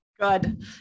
Good